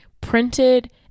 printed